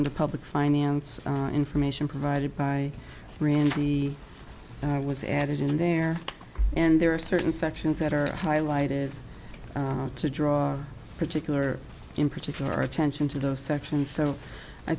under public finance information provided by randy was added in there and there are certain sections that are highlighted to draw particular in particular attention to those sections so i